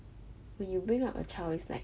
when you bring up a child it's like